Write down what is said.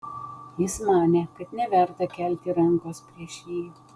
jis manė kad neverta kelti rankos prieš jį